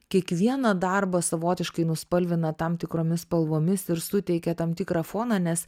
kiekvieną darbą savotiškai nuspalvina tam tikromis spalvomis ir suteikia tam tikrą foną nes